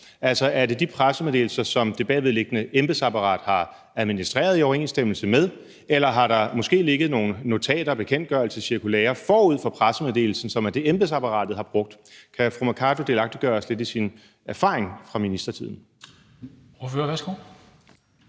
Altså, er det de pressemeddelelser, som det bagvedliggende embedsapparat har administreret i overensstemmelse med, eller har der måske ligget nogle notater, bekendtgørelser, cirkulærer forud for pressemeddelelsen, som er det, embedsmandsapparatet har brugt? Kan fru Mai Mercado delagtiggøre os lidt i sin erfaring fra ministertiden?